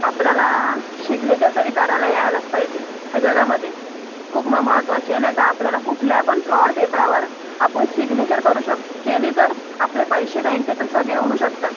आपल्याला शिग्नेचर तरी करायला यायलाच पाहिजे ह्या जगामध्ये खूप ममहत्त्वाची आहे नाहीत आपल्याला कुठल्या पण फ्रॉड पेपरावर आपण सिग्नेचर करू शक केली तर आपले पैसे बँकेतून सगळे उडू शकतात